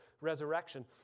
resurrection